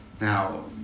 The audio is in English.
Now